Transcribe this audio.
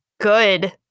Good